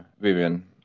Vivian